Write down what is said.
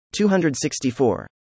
264